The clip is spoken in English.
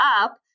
up